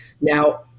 Now